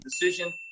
decision